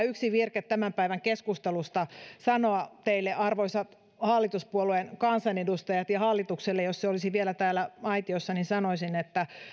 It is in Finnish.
yksi virke tämän päivän keskustelusta pitäisi sanoa teille arvoisat hallituspuolueiden kansanedustajat ja hallitukselle jos se olisi vielä täällä aitiossa niin sanoisin että